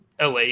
LA